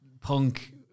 Punk